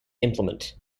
implement